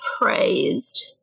praised